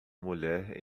mulher